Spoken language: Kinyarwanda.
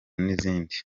n’izindi